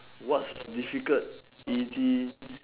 what's difficult easy